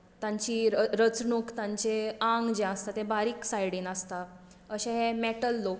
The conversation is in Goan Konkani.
तांची र रचणूक तांचें आंग जें आसता तें बारीक सायडीन आसता अशें हें मॅटल लोक